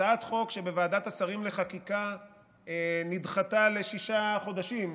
הצעת חוק שבוועדת השרים לחקיקה נדחתה בשישה חודשים,